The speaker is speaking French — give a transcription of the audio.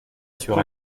sur